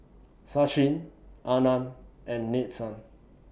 Sachin Anand and Nadesan